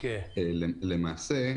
למעשה,